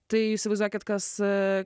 tai įsivaizduokit kas